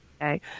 Okay